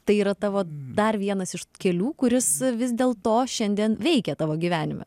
tai yra tavo dar vienas iš kelių kuris vis dėl to šiandien veikia tavo gyvenime